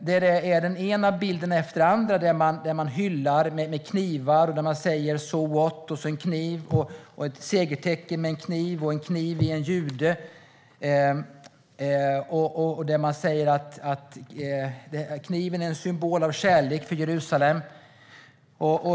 Det är den ena bilden efter den andra där man hyllar med knivar - man säger "So what?" och så är det en kniv, man gör segertecken med en kniv och visar en kniv i en jude. Man säger att kniven är en symbol för kärlek till Jerusalem.